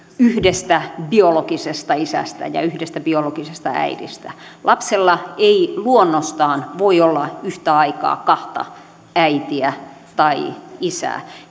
yhdestä biologisesta isästä ja yhdestä biologisesta äidistä lapsella ei luonnostaan voi olla yhtä aikaa kahta äitiä tai isää